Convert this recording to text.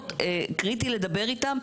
המיישבות קריטי לדבר איתם,